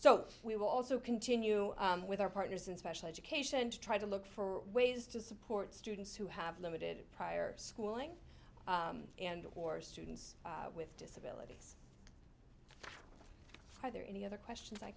so we will also continue with our partners in special education to try to look for ways to support students who have limited prior schooling and or students with disabilities are there any other questions i